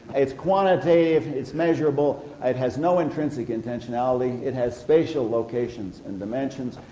it's quantitative, it's measurable, it has no intrinsic intentionality, it has spatial locations and dimensions,